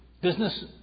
business